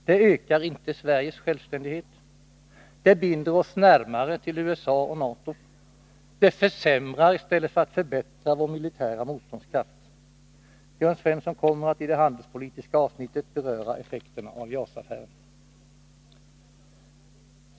Det ökar inte Sveriges självständighet. Det binder oss närmare till USA och NATO. Det försämrar i stället för att förbättra vår militära motståndskraft. Jörn Svensson kommer att i det handelspolitiska avsnittet beröra effekterna av JAS-affären.